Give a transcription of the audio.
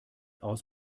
aus